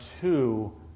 two